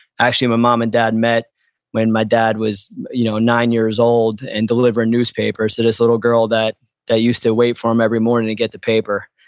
actually my mom and dad met when my dad was you know nine years old and delivering newspapers. so, this little girl that that used to wait for him every morning and get the paper.